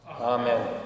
Amen